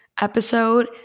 episode